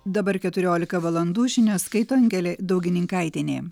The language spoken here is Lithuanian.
dabar keturiolika valandų žinias skaito angelė daugininkaitienė